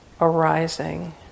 arising